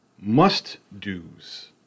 must-dos